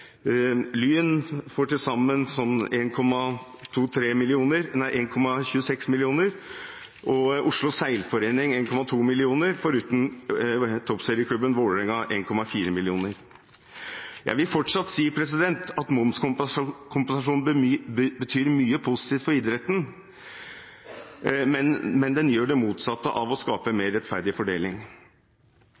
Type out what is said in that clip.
og Oslo Seilforening får 1,2 mill. kr – foruten toppserieklubben Vålerenga som får 1,4 mill. kr. Jeg vil fortsatt si at momskompensasjonen betyr mye positivt for idretten, men den gjør det motsatte av å skape mer rettferdig fordeling.